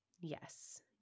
Yes